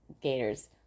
Gators